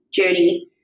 journey